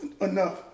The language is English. enough